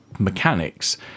mechanics